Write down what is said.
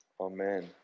amen